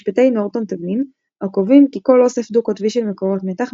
משפטי נורטון-תבנין - הקובעים כי כל אוסף דו-קוטבי של מקורות מתח,